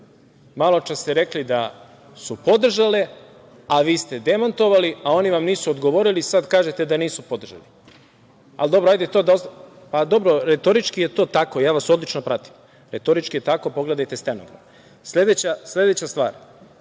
Malo čas ste rekli da su podržale, a vi ste demantovali a oni vam nisu odgovorili. Sad kažete da nisu podržali. Dobro, retorički je to tako, ja vas odlično pratim. Retorički je tako, pogledajte stenogram. Sledeća stvar,